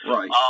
Right